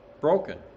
broken